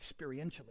Experientially